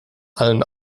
allen